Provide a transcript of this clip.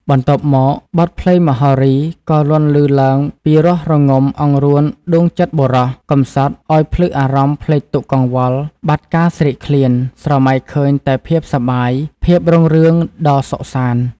បន្ទាប់មកបទភ្លេង មហោរីក៏លាន់លឺឡើងពីរោះរងំអង្រួនដួងចិត្តបុរស កំសត់អោយភ្លឹកអារម្មណ៍ភ្លេចទុក្ខកង្វល់ បាត់ការ ស្រេកឃ្លាន ស្រមៃឃើញតែភាពសប្បាយ ភាពរុងរឿង ដ៏សុខសាន្ត ។